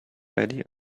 idea